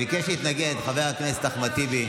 ביקש להתנגד להצעת החוק הזו חבר הכנסת אחמד טיבי,